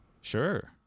sure